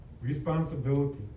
responsibility